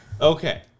Okay